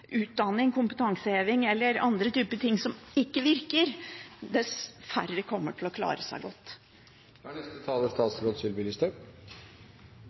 utdanning, kompetanseheving eller andre typer ting som ikke virker, dess færre kommer til å klare seg godt.